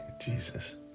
Jesus